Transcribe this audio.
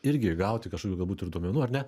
irgi gauti kažkokių galbūt ir duomenų ar ne